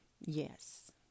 Yes